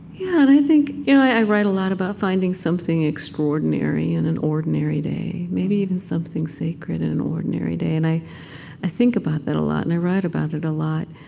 yeah, and i think you know i write a lot about finding something extraordinary in an ordinary day. maybe even something sacred in an ordinary day. and i i think about that a lot. and i write about it a lot.